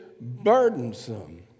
burdensome